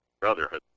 Brotherhood